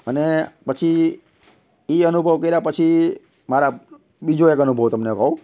અને પછી એ અનુભવ કર્યા પછી મારા બીજો એક અનુભવ તમને કહું